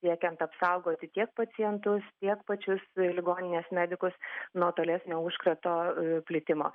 siekiant apsaugoti tiek pacientus tiek pačius ligoninės medikus nuo tolesnio užkrato plitimo